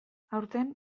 aurten